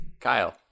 Kyle